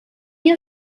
jahr